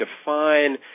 define